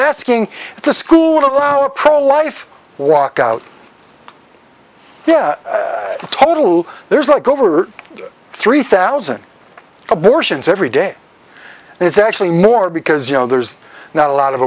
asking the school allow a pro life walkout yeah total there's like over three thousand abortions every day and it's actually nor because you know there's not a lot of